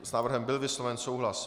S návrhem byl vysloven souhlas.